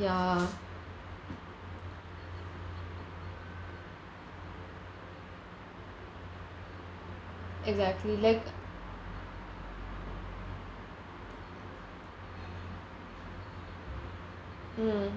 ya exactly like mm